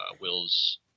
Will's